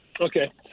Okay